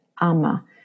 ama